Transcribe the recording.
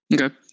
Okay